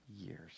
years